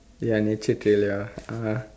ya nature trail ya uh